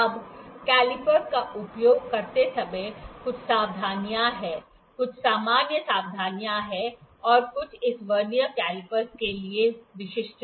अब कैलीपर का उपयोग करते समय कुछ सावधानियां हैं कुछ सामान्य सावधानियां और कुछ इस वर्नियर कैलीपर के लिए विशिष्ट